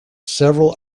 several